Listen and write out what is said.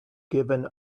given